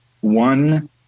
one